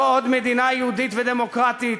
לא עוד מדינה יהודית ודמוקרטית,